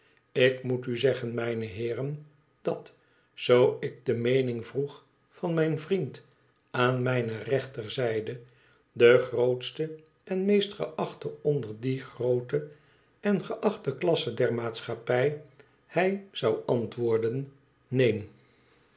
ik moet u zeggen mijne heeren dat zoo ik de meening vroeg van mijn vriend aan mijne rechterzijde de grootste en meest geachte onder die groote en geachte klasse der maatschappij hij zou antwoorden ineen